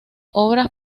obras